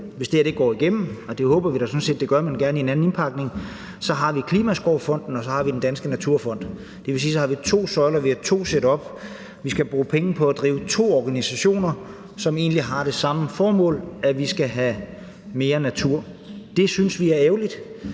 hvis det her går igennem, og det håber vi sådan set det gør, men gerne i en anden indpakning – både Klimaskovfonden og Den Danske Naturfond. Det vil sige, at vi så har to søjler og vi har to setup, og at vi skal bruge penge på at drive to organisationer, som egentlig har det samme formål: at vi skal have mere natur. Det synes vi er ærgerligt,